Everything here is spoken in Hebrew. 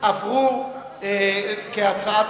כהצעת